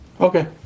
Okay